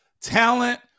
talent